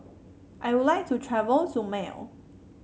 I would like to travel to Male